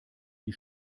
die